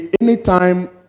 anytime